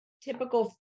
typical